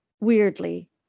weirdly